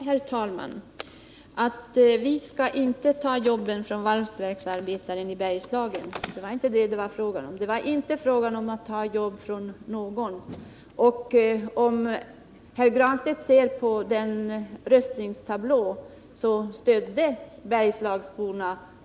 Herr talman! Vi skall inte ta jobben från valsverksarbetarna i Bergslagen, sade Pär Granstedt. Nej, det var det heller inte fråga om. Det var inte fråga om att ta jobbet från någon, och Pär Granstedt kan ju se på röstningstablån vilka det var som stödde bergslagsborna.